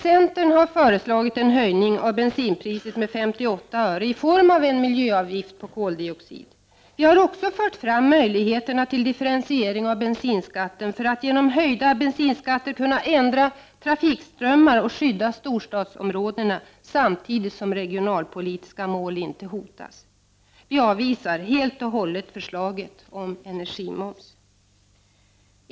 Centern har föreslagit en höjning av bensinpriset med 58 öre i form av en miljöavgift på koldioxid. Vi har också fört fram möjligheterna till differentiering av bensinskatten, för att genom höjda bensinskatter kunna ändra trafikströmmar och skydda storstadsområdena utan att regionalpolitiska mål hotas. Vi avvisar helt och hållet förslaget om energimoms.